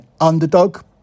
underdog